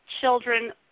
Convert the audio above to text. children